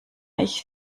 ich